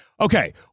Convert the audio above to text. Okay